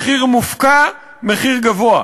מחיר מופקע, מחיר גבוה.